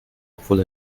obwohl